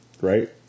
Right